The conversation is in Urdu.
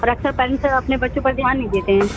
اور اکثر پیرینٹس اپنے بچوں پر دھیان نہیں دیتے ہیں